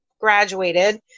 graduated